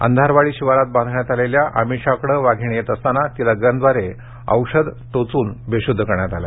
अंधारवाडी शिवारात बांधण्यात आलेल्या आमिषाकडे वाघीण येत असताना तिला गनद्वारे औषध टोचून बेशुद्ध करण्यात आले